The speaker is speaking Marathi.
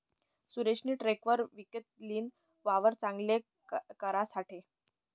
सुरेशनी ट्रेकटर विकत लीन, वावर चांगल करासाठे